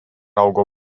augo